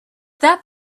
that